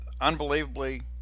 unbelievably